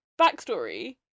backstory